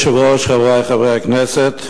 אדוני היושב-ראש, חברי חברי הכנסת,